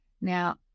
Now